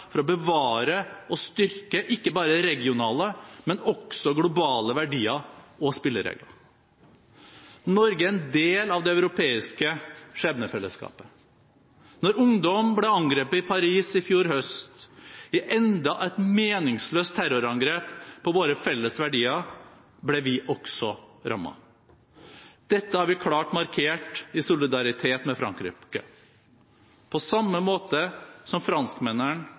for å bevare og styrke ikke bare regionale, men også globale verdier og spilleregler. Norge er en del av det europeiske skjebnefellesskapet. Når ungdom ble angrepet i Paris i fjor høst, i enda et meningsløst terrorangrep på våre felles verdier, ble vi også rammet. Dette har vi klart markert i solidaritet med Frankrike på samme måten som